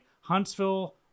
huntsville